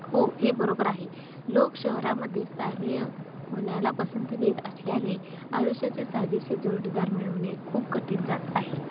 हो हे बरोबर आहे लोक शहरामध्ये स्थानिय होण्याला पसंती देत असल्याने आयुष्याचे साजेसे जोडीदार मिळवणे खूप कठीण जात आहे